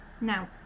Now